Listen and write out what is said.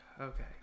Okay